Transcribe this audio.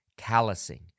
callousing